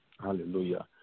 Hallelujah